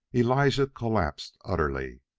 elijah collapsed utterly.